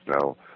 Now